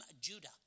Judah